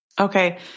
okay